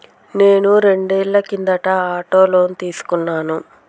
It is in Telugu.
నేను రెండేళ్ల కిందట ఆటో లోను తీసుకున్నాను